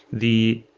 the